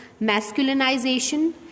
masculinization